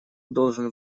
должен